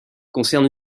concerne